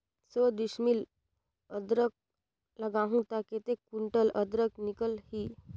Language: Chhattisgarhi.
सौ डिसमिल अदरक लगाहूं ता कतेक कुंटल अदरक निकल ही?